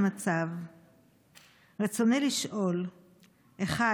סליחה סְטְרוּק, לא יודע מה קורה לי בכל פעם.